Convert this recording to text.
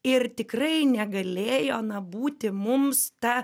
ir tikrai negalėjo na būti mums ta